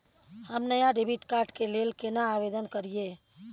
हम नया debit card के लेल केना आवेदन करियै?